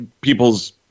people's